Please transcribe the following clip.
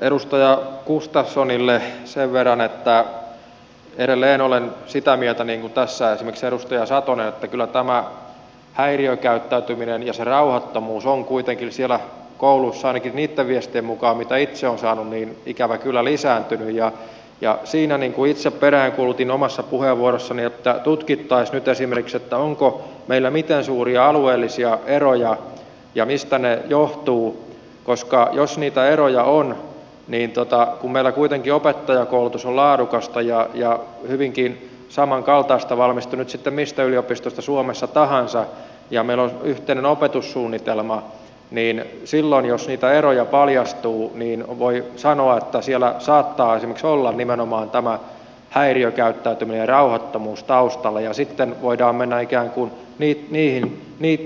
edustaja gustafssonille sen verran että edelleen olen sitä mieltä niin kuin tässä esimerkiksi edustaja satonen että kyllä tämä häiriökäyttäytyminen ja se rauhattomuus on kuitenkin siellä koulussa ainakin niitten viestien mukaan mitä itse olen saanut ikävä kyllä lisääntynyt ja itse peräänkuulutin siinä omassa puheenvuorossani että tutkittaisiin nyt esimerkiksi miten suuria alueellisia eroja meillä on ja mistä ne johtuvat koska jos niitä eroja paljastuu kun meillä kuitenkin opettajankoulutus on laadukasta ja hyvinkin samankaltaista valmistui nyt sitten mistä yliopistosta suomesta tahansa ja meillä on yhteinen opetussuunnitelma niin silloin jos niitä eroja paljastuu niin voi sanoa että siellä saattaa esimerkiksi olla nimenomaan tämä häiriökäyttäytyminen ja rauhattomuus taustalla ja sitten voidaan mennä ikään kuin